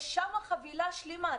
יש שם חבילה שלמה.